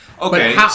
Okay